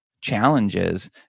challenges